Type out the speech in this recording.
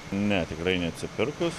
ne tikrai neatsipirkus